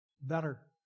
better